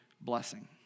blessing